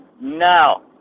Now